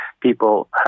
people